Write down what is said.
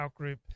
outgroup